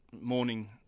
morning